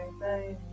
baby